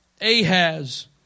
Ahaz